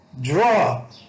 draw